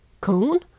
cone